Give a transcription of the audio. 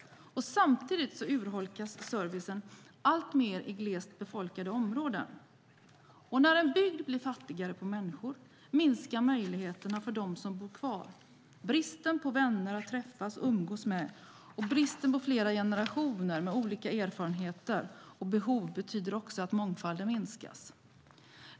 Samtidigt urholkas servicen alltmer i glest befolkade områden. När en bygd blir fattigare på människor minskar möjligheterna för dem som bor kvar. Det blir en brist på vänner att träffa och umgås med. Bristen på flera generationer med olika erfarenheter och behov betyder också att mångfalden minskas.